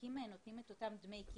שהמעסיקים נותנים את אותם דמי כיס,